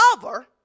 cover